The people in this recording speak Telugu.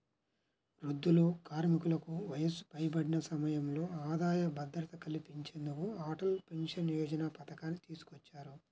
వృద్ధులు, కార్మికులకు వయసు పైబడిన సమయంలో ఆదాయ భద్రత కల్పించేందుకు అటల్ పెన్షన్ యోజన పథకాన్ని తీసుకొచ్చారు